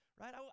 right